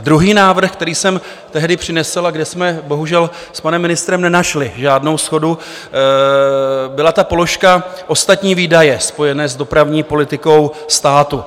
Druhý návrh, který jsem tehdy přinesl a kde jsme bohužel s panem ministrem nenašli žádnou shodu, byla položka Ostatní výdaje spojená s dopravní politikou státu.